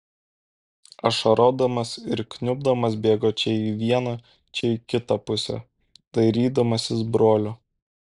ašarodamas ir kniubdamas bėgo čia į vieną čia į kitą pusę dairydamasis brolio